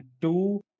two